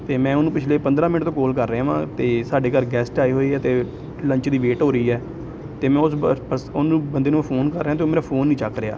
ਅਤੇ ਮੈਂ ਉਹਨੂੰ ਪਿਛਲੇ ਪੰਦਰਾਂ ਮਿੰਟ ਤੋਂ ਕੌਲ ਕਰ ਰਿਹਾ ਹਾਂ ਅਤੇ ਸਾਡੇ ਘਰ ਗੈਸਟ ਆਏ ਹੋਏ ਆ ਅਤੇ ਲੰਚ ਦੀ ਵੇਟ ਹੋ ਰਹੀ ਹੈ ਅਤੇ ਮੈਂ ਉਸ ਬਸ ਪਸ ਉਹਨੂੰ ਬੰਦੇ ਨੂੰ ਫੋਨ ਕਰ ਰਿਹਾ ਹਾਂ ਅਤੇ ਉਹ ਮੇਰਾ ਫੋਨ ਨਹੀਂ ਚੱਕ ਰਿਹਾ